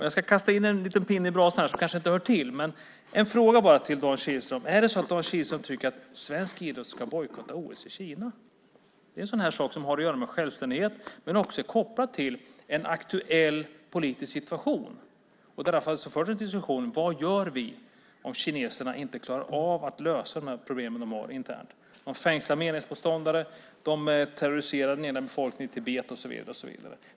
Jag ska kasta in en liten pinne i brasan, som kanske inte hör till. Men jag har en fråga till Dan Kihlström: Tycker Dan Kihlström att svensk idrott ska bojkotta OS i Kina? Det är en sådan sak som har att göra med självständighet men som också är kopplad till en aktuell politisk situation. Vad gör vi om kineserna inte klarar av att lösa de problem de har internt? De fängslar meningsmotståndare. De terroriserar den egna befolkningen i Tibet och så vidare.